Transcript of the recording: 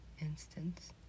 instance